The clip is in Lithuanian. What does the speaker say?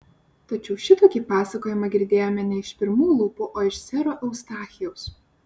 tačiau šitokį pasakojimą girdėjome ne iš pirmų lūpų o iš sero eustachijaus